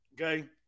Okay